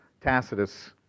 Tacitus